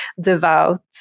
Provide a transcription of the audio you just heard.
devout